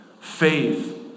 faith